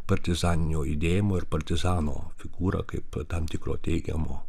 partizaninio judėjimo ir partizano figūra kaip tam tikro teigiamo